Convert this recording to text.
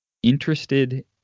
interested